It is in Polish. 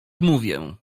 mówię